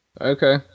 Okay